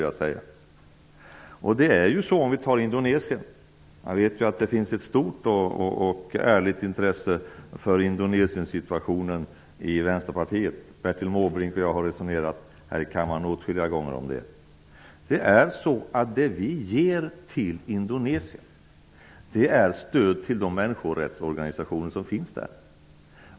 Jag vet ju att det finns ett stort och ärligt intresse för situationen i Indonesien i Vänsterpartiet. Bertil Måbrink och jag har resonerat om den åtskilliga gånger här i kammaren. Det vi ger till Indonesien är stöd till de människorättsorganisationer som finns där.